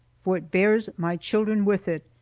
for it bears my children with it,